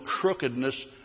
crookedness